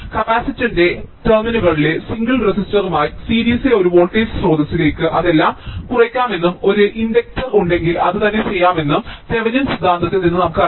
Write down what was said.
കപ്പാസിറ്ററിന്റെ ടെർമിനലുകളിലെ സിംഗിൾ റെസിസ്റ്ററുമായി സീരീസിലെ ഒരു വോൾട്ടേജ് സ്രോതസ്സിലേക്ക് അതെല്ലാം കുറയ്ക്കാമെന്നും ഒരു ഇൻഡക്റ്റർ ഉണ്ടെങ്കിൽ അത് തന്നെ ചെയ്യാമെന്നും തെവെനിൻ സിദ്ധാന്തത്തിൽ നിന്ന് നമുക്കറിയാം